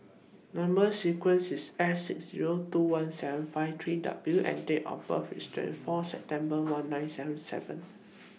Number sequences IS S six Zero two one seven five three W and Date of birth IS twenty four September one nine seven seven